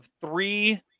three